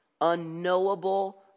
unknowable